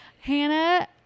Hannah